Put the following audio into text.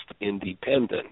independent